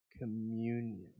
communion